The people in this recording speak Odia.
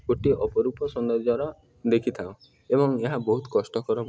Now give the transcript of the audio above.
ଗୋଟିଏ ଅପରୂପ ସୌନ୍ଦର୍ଯ୍ୟର ଦେଖିଥାଉ ଏବଂ ଏହା ବହୁତ କଷ୍ଟକର